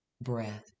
breath